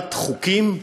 בקבלת חוקים,